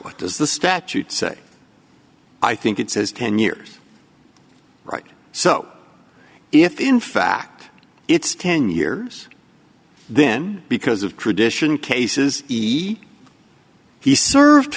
what does the statute say i think it says ten years right so if in fact it's ten years then because of tradition cases he he served